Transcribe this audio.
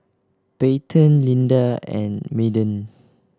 Payten Linda and Madden